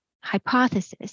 hypothesis